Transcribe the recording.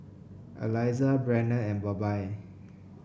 Aliza Brannon and Bobbye